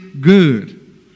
good